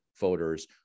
voters